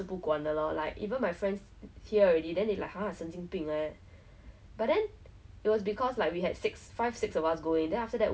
so I thought this year I can like oh I can go overseas I wanted take like two grad trips to like err korea taiwan go with my friends